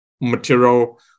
material